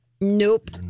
Nope